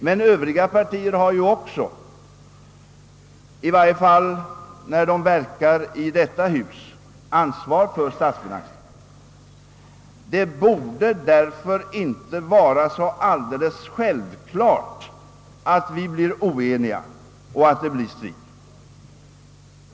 Men övriga partier har också — i varje fall när de verkar i detta hus — ansvar för statsfinanserna. Det borde därför inte vara självklart, att vi blir oeniga och att det blir strid.